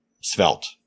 Svelte